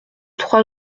trois